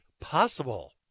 Possible